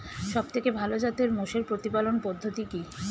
সবথেকে ভালো জাতের মোষের প্রতিপালন পদ্ধতি কি?